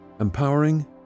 Empowering